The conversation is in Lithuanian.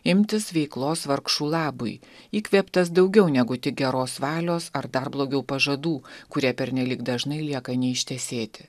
imtis veiklos vargšų labui įkvėptas daugiau negu tik geros valios ar dar blogiau pažadų kurie pernelyg dažnai lieka neištesėti